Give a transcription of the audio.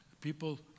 People